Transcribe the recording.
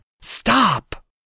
Stop